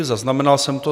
Zaznamenal jsem to.